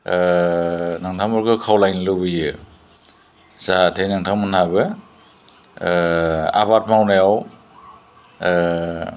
नोंथांमोनखौ खावलायनो लुगैयो जाहाथे नोंथांमोनहाबो आबाद मावनायाव